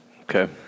Okay